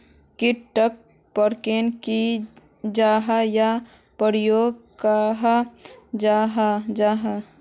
कीट टर परकोप की जाहा या परकोप कहाक कहाल जाहा जाहा?